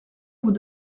vous